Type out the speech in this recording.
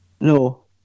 No